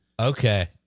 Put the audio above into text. Okay